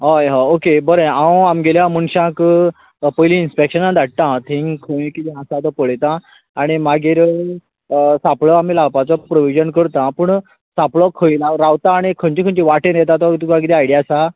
हय हय ओके बरें हांव आमगेल्या मनशाक वा पयली इनस्पेकशनाक धाडटा थंय खंय किदे आसा तें पळयता आनी मागीर सांपळो आमी लावपाचो प्रोविजन करतां पूण सांपळो खंय रावतां आनी खंयच्या खंयच्या वाटेन येता तो तुका कितें आयडिया आसा